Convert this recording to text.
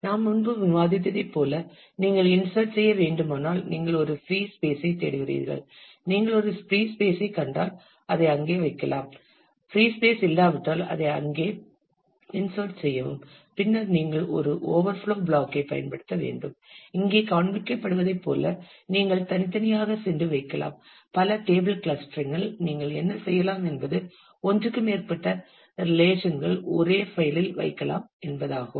நாம் முன்பு விவாதித்ததைப் போல நீங்கள் இன்சர்ட் செய்ய வேண்டுமானால் நீங்கள் ஒரு ஃப்ரீ ஸ்பேஸ்ஐ தேடுகிறீர்கள் நீங்கள் ஒரு ஃப்ரீ ஸ்பேஸ்ஐ கண்டால் அதை அங்கே வைக்கலாம் ஃப்ரீ ஸ்பேஸ் இல்லாவிட்டால் அதை அங்கே இன்சர்ட் செய்யவும் பின்னர் நீங்கள் ஒரு ஓவர்ஃப்ளோ பிளாக் ஐ பயன்படுத்த வேண்டும் இங்கே காண்பிக்கப்படுவதைப் போல நீங்கள் தனித்தனியாக சென்று வைக்கலாம் பல டேபிள் கிளஸ்டரிங்கில் நீங்கள் என்ன செய்யலாம் என்பது ஒன்றுக்கு மேற்பட்ட ரிலேஷன்கள் ஒரே பைல் இல் வைக்கலாம் என்பதாகும்